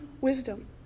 wisdom